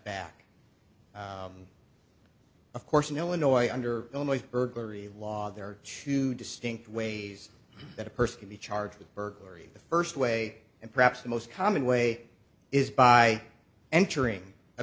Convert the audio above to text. back of course in illinois under illinois burglary law there are two distinct ways that a person could be charged with burglary the first way and perhaps the most common way is by entering a